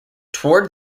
toward